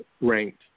ranked